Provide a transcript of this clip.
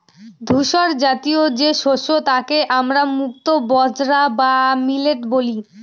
ধূসরজাতীয় যে শস্য তাকে আমরা মুক্তো বাজরা বা মিলেট বলি